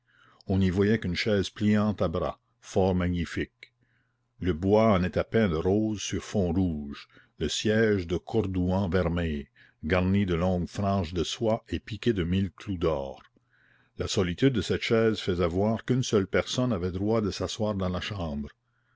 on n'y voyait qu'une chaise pliante à bras fort magnifique le bois en était peint de roses sur fond rouge le siège de cordouan vermeil garni de longues franges de soie et piqué de mille clous d'or la solitude de cette chaise faisait voir qu'une seule personne avait droit de s'asseoir dans la chambre